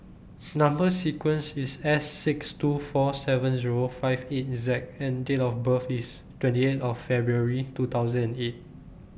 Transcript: Number sequence IS S six two four seven Zero five eight Z and Date of birth IS twenty eight of February two thousand and eight